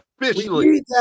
Officially